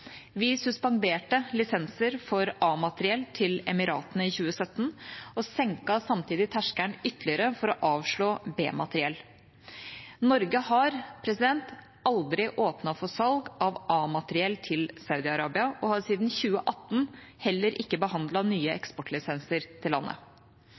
Vi suspenderte lisenser for A-materiell til Emiratene i 2017 og senket samtidig terskelen ytterligere for å avslå B-materiell. Norge har aldri åpnet for salg av A-materiell til Saudi-Arabia og har siden 2018 heller ikke behandlet nye